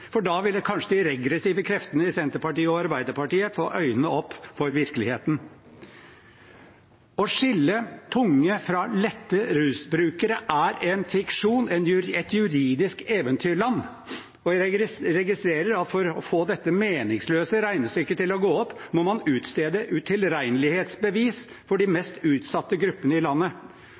for da ville kanskje de regressive kreftene i Senterpartiet og Arbeiderpartiet få øynene opp for virkeligheten. Å skille «tunge» rusbrukere fra «lette» er en fiksjon, et juridisk eventyrland. Jeg registrerer at for å få dette meningsløse regnestykket til å gå opp må man utstede utilregnelighetsbevis for de mest utsatte gruppene i landet.